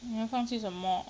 要放弃什么